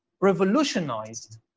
revolutionized